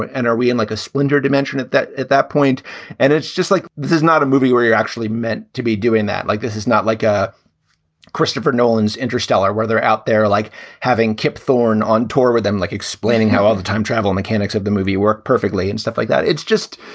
and are we in, like a splinter dimension that that at that point and it's just like this is not a movie where you're actually meant to be doing that? like, this is not like ah christopher nolan's interstellar, where they're out there, like having kip thorne on tour with them, like explaining how all the time travel mechanics of the movie work perfectly and stuff like that. it's just,